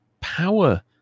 power